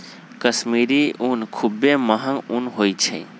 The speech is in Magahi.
कश्मीरी ऊन खुब्बे महग ऊन होइ छइ